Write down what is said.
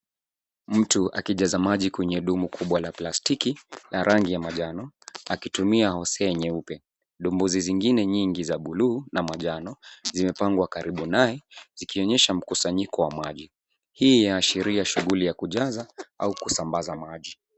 Mtu akijaza maji kwenye dumu kubwa la plastiki ya rangi ya manjano akitumia hosi nyeupe. Dumbu zingine nyingi za buluu na manjano zimepangwa karibu naye zikionyesha mkusanyiko wa maji. Hii inaashiria shughuli ya kujaza au kusambaza maji.